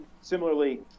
similarly